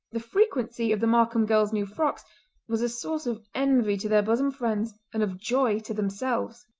the frequency of the markam girls' new frocks was a source of envy to their bosom friends and of joy to themselves.